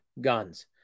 guns